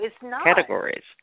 categories